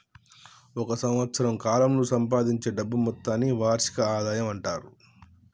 ఒక సంవత్సరం కాలంలో సంపాదించే డబ్బు మొత్తాన్ని వార్షిక ఆదాయం అంటారు